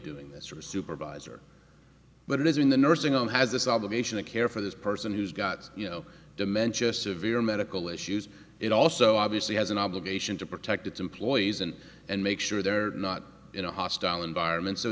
doing this or a supervisor but it is in the nursing home has this obligation to care for this person who's got you know dementia severe medical issues it also obviously has an obligation to protect its employees and and make sure they're not in a environment so